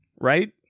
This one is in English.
Right